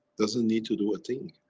doesn't need to do a thing.